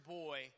boy